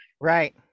Right